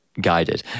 guided